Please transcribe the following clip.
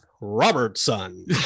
Robertson